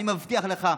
אני מבטיח לך,